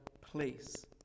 place